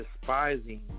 Despising